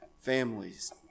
families